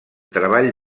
treball